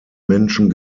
menschen